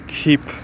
keep